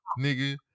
nigga